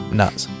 nuts